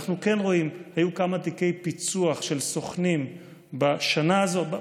אנחנו כן רואים שהיו כמה תיקי פיצוח של סוכנים בשנה הזאת,